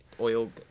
oil